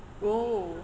!wow!